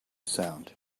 sound